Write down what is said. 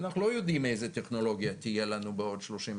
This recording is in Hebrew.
אנחנו לא יודעים איזו טכנולוגיה תהיה לנו בעוד 30,